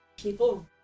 people